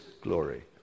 glory